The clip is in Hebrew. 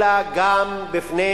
אלא גם בפני